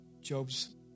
Job's